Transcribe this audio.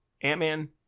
Ant-Man